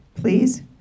please